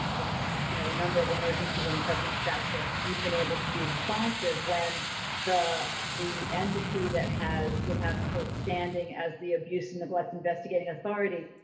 um it's, you know, a number of emergency rooms have reached out to us and we've been able to be responsive when the, the entity that has, would have quote, standing as the abuse and neglect, investigating authority,